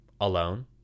alone